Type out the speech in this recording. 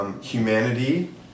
Humanity